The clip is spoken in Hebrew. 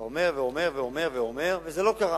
אתה אומר ואומר, אבל זה לא קרה.